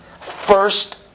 first